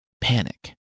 Panic